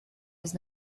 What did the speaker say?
was